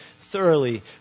thoroughly